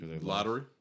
lottery